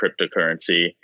cryptocurrency